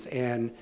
and,